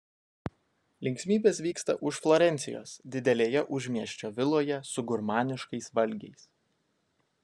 linksmybės vyksta už florencijos didelėje užmiesčio viloje su gurmaniškais valgiais